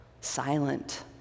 silent